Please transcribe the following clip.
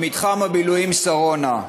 במתחם הבילויים שרונה.